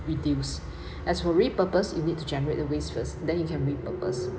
reduce as for repurpose you need to generate the waste first then you can repurpose